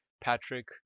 patrick